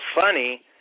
funny